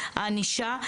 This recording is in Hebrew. הענישה,